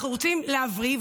אנחנו רוצים להבריא.